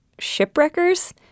shipwreckers